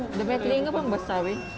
dia punya telinga pun besar wei